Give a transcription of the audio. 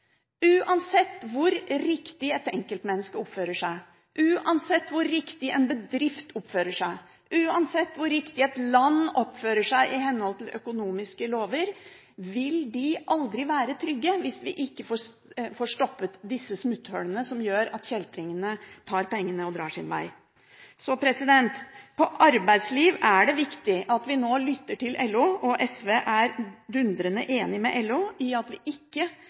Uansett hvor riktig et enkeltmenneske oppfører seg, hvor riktig en bedrift oppfører seg og hvor riktig et land oppfører seg i henhold til økonomiske lover, vil man aldri være trygg hvis man ikke får stoppet smutthullene som gjør at kjeltringer tar pengene og drar sin vei. Når det gjelder arbeidsliv, er det viktig at vi nå lytter til LO, og SV er dundrende enig med LO i at vi ikke